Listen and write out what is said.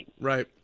Right